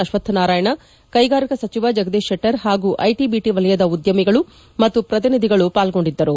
ಅಶ್ವಥನಾರಾಯಣ ಕೈಗಾರಿಕಾ ಸಚಿವ ಜಗದೀಶ್ ಶೆಟ್ಟರ್ ಹಾಗೂ ಐಟಿ ಬಿಟಿ ವಲಯದ ಉದ್ಯಮಿಗಳು ಹಾಗೂ ಪ್ರತಿನಿಧಿಗಳು ಪಾಲ್ಗೊಂಡಿದ್ದಾರೆ